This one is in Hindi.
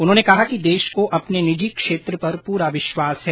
उन्होंने कहा कि देश को अपने निजी क्षेत्र पर पूरा विश्वास है